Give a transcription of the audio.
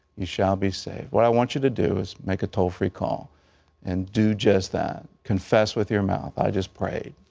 you shall be saved. what i want you to do is make a toll-free call and do just that. confess with your mouth. i just prayed.